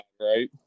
Right